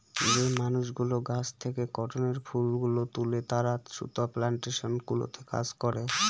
যে মানুষগুলো গাছ থেকে কটনের ফুল গুলো তুলে তারা সুতা প্লানটেশন গুলোতে কাজ করে